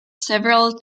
several